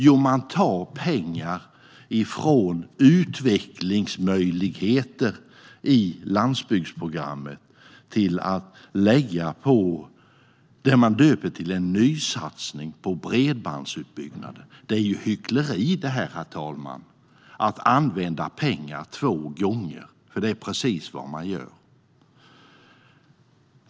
Jo, man tar pengar från utvecklingsmöjligheter i landsbygdsprogrammet och lägger dem på det man döper till en nysatsning på bredbandsutbyggnaden. Herr talman! Det är ju hyckleri att använda pengar två gånger, för det är precis vad man gör.